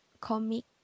comic